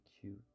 cute